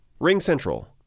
RingCentral